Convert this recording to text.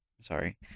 Sorry